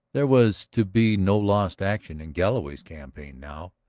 there was to be no lost action in galloway's campaign now.